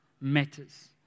matters